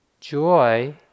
Joy